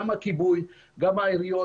גם הכיבוי וגם העיריות.